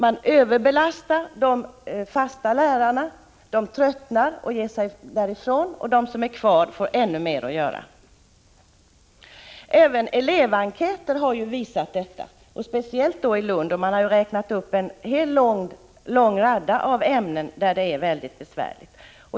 De fast anställda lärarna överbelastas, tröttnar och ger sig av därifrån, medan de som är kvar får ännu mer att göra. Elevenkäter har även visat detta, speciellt i Lund, där man har räknat upp en lång rad ämnen där situationen är mycket besvärlig.